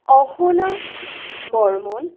Ahana Barman